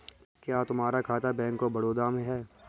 क्या तुम्हारा खाता बैंक ऑफ बड़ौदा में है?